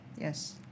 yes